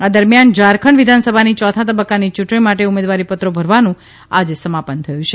આ દરમ્યાન ઝારખંડ વિધાનસભાની ચોથા તબક્કાની યૂંટણી માટે ઉમેદવારી પત્રો ભરવાનું આજે સમાપન થયું છે